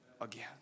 again